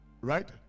Right